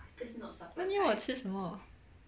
then 你要我吃什么